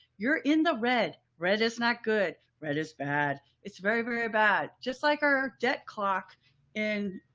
you're in the red. red is not good. red is bad. it's very, very bad. just like our debt clock in.